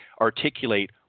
articulate